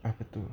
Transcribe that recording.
I have two